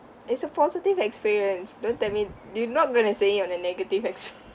it's a positive experience don't tell me you're not going to say it on a negative ex~